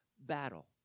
battle